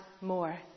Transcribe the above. more